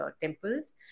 temples